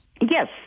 Yes